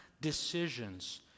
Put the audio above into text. decisions